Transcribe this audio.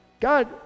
God